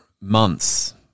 months